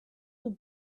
will